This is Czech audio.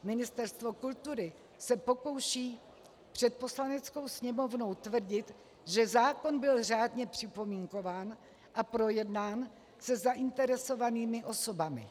Ministerstvo kultury se pokouší před Poslaneckou sněmovnou tvrdit, že zákon byl řádně připomínkován a projednán se zainteresovanými osobami.